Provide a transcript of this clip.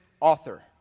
author